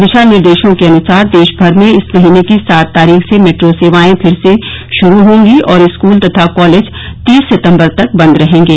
दिशा निर्देशों के अनुसार देशभर में इस महीने की सात तारीख से मैट्रो सेवाएं फिर से शुरू होंगी और स्कूल तथा कॉलेज तीस सितम्बर तक बंद रहेंगे